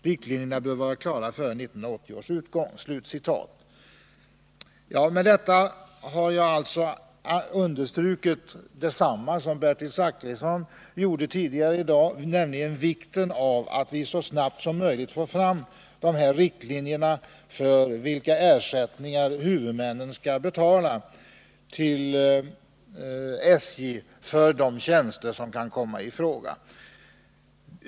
Riktlinjerna bör vara klara före 1980 års utgång.” Med det anförda har jag velat understryka detsamma som Bertil Zachrisson underströk tidigare i dag, nämligen vikten av att vi så snabbt som möjligt får riktlinjer för vilka ersättningar huvudmännen skall betala till SJ för de tjänster som kan komma i fråga.